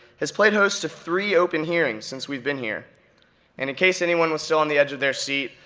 has played host to three open hearings since we've been here, and in case anyone was still on the edge of their seat,